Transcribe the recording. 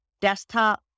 desktop